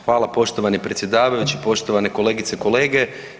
Hvala poštovani predsjedavajući, poštovane kolegice i kolege.